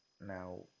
Now